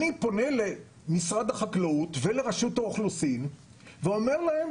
אני פונה למשרד החקלאות ולרשות האוכלוסין ואומר להם,